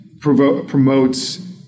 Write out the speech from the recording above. promotes